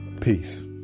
peace